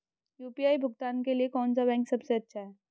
UPI भुगतान के लिए कौन सा बैंक सबसे अच्छा है?